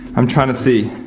i'm tryna see.